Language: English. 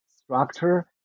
structure